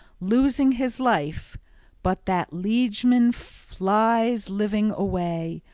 losing his life but that liegeman flies living away,